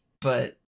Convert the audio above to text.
but-